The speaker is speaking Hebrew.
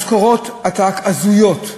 משכורות עתק הזויות,